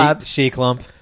She-Clump